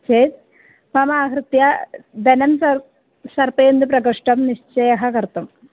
चेत् मम आहृत्य धनं सर्पेन्दुः प्रकोष्ठं निश्चयः कर्तुम्